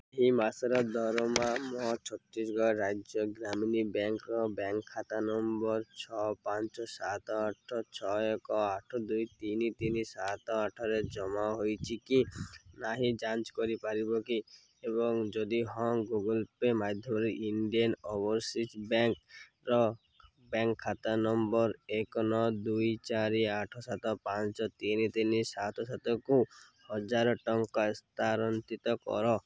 ଏହି ମାସର ଦରମା ମୋ ଛତିଶଗଡ଼ ରାଜ୍ୟ ଗ୍ରାମୀଣ ବ୍ୟାଙ୍କ୍ର ବ୍ୟାଙ୍କ୍ ଖାତା ନମ୍ବର୍ ଛଅ ପାଞ୍ଚ ସାତ ଆଠ ଛଅ ଏକ ଆଠ ଦୁଇ ତିନି ତିନି ସାତ ଆଠରେ ଜମା ହୋଇଛି କି ନାହିଁ ଯାଞ୍ଚ କରିପାରିବ କି ଏବଂ ଯଦି ହଁ ଗୁଗଲ୍ ପେ ମାଧ୍ୟମରେ ଇଣ୍ଡିଆନ୍ ଓଭରସିଜ୍ ବ୍ୟାଙ୍କ୍ର ବ୍ୟାଙ୍କ୍ ଖାତା ନମ୍ବର୍ ଏକ ନଅ ଦୁଇ ଚାରି ଆଠ ସାତ ପାଞ୍ଚ ତିନି ତିନି ସାତ ସାତ ସାତ କୁ ହଜାର ଟଙ୍କା ସ୍ଥାନାନ୍ତରିତ କର